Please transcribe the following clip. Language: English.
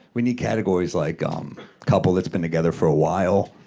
we need categories like um couple that's been together for a while,